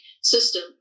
system